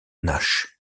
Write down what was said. nash